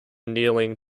kneeling